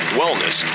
wellness